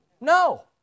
No